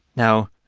now,